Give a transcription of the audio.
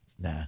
Nah